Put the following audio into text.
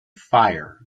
fire